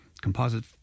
composite